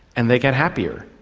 and they get happier.